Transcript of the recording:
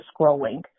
scrolling